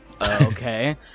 Okay